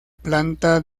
planta